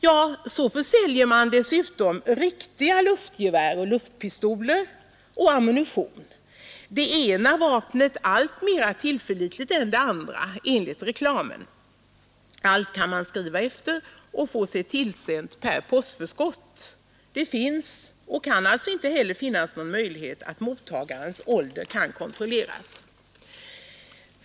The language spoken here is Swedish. Vidare försäljer man riktiga luftgevär och luftpistoler — samt ammunition — det ena vapnet mer tillförlitligt än det andra, enligt reklamen. Allt kan man skriva efter och få sig tillsänt per postförskott, och det finns inte och kan inte finnas någon möjlighet att kontrollera mottagarens ålder.